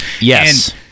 Yes